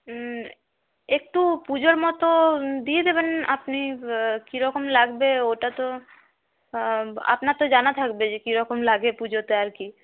হুম একটু পুজোর মতো দিয়ে দেবেন আপনি কিরকম লাগবে ওটা তো আপনার তো জানা থাকবে যে কিরকম লাগে পুজোতে আর কি